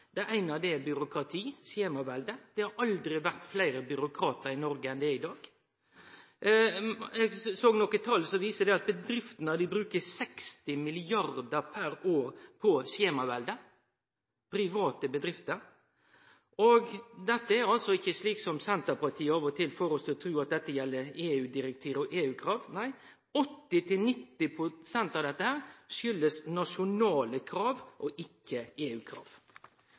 Det eine er byråkrati- og skjemaveldet. Det har aldri vore fleire byråkratar i Noreg enn det er i dag. Eg såg nokre tal som viser at bedriftene – private bedrifter – bruker 60 mrd. kr per år på skjemaveldet. Og dette er ikkje, slik som Senterpartiet av og til får oss til å tru, EU-direktiv og EU-krav. Nei, 80–90 pst. av dette er nasjonale krav, og ikkje